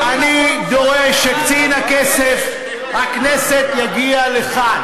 אני דורש שקצין הכנסת יגיע לכאן.